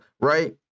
right